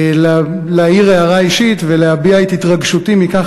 להעיר הערה אישית ולהביע את התרגשותי מכך